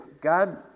God